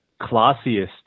classiest